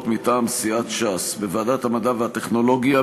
מטעם סיעת ש"ס: בוועדת המדע והטכנולוגיה,